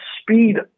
speed